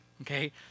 okay